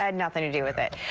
and nothing to do with it.